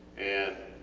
and